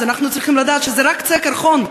אנחנו צריכים לדעת שזה רק קצה הקרחון.